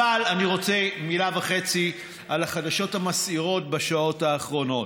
אבל אני רוצה מילה וחצי על החדשות המסעירות בשעות האחרונות.